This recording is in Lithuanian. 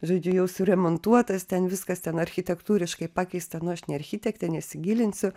žodžiu jau suremontuotas ten viskas ten architektūriškai pakeista nu aš ne architektė nesigilinsiu